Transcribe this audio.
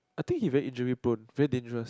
I think he very injury prone very dangerous